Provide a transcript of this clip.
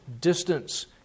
distance